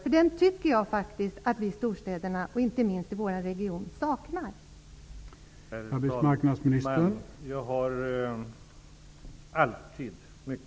Jag tycker faktiskt att vi i storstäderna, inte minst i vår region, saknar den.